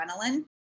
adrenaline